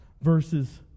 verses